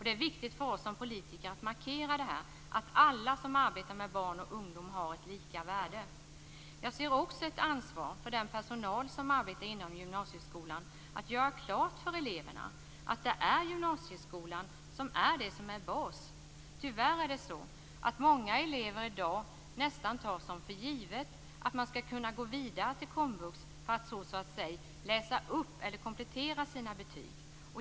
Det är viktigt för oss som politiker att markera att alla som arbetar med barn och ungdomar har lika värde. Jag ser också ett ansvar för den personal som arbetar inom gymnasieskolan att göra klart för eleverna att det är gymnasieskolan som är bas. Tyvärr tar många elever i dag nästan för givet att man skall kunna gå vidare till komvux för att läsa upp eller komplettera sina betyg.